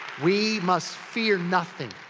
we must fear nothing.